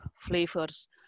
flavors